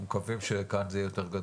אנחנו מקווים שכאן זה יהיה יותר גדול.